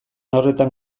horretan